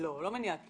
לא מניעת כהונה.